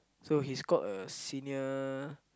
so he's called a senior